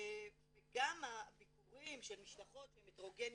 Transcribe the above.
גם הביקורים של משלחות שהן הטרוגניות,